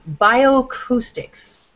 bioacoustics